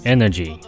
Energy